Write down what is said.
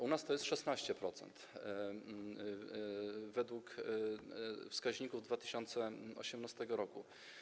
U nas to jest 16% według wskaźników w 2018 r.